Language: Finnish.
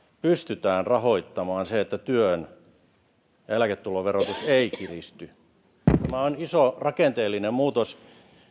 pystytään rahoittamaan se että työn ja eläketulon verotus ei kiristy tämä on iso rakenteellinen muutos